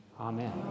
Amen